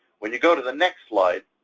when you go to the next slide,